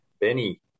Benny